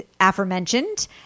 aforementioned